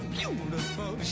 beautiful